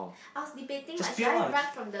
I was debating like should I run from the